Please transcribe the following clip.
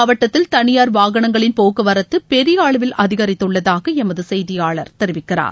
மாவட்டத்தில் தனியார் வாகனங்களின் போக்குவரத்து பெரிய டறீநகர் அதிகரித்துள்ளதாக எமது செய்தியாளர் தெரிவிக்கிறார்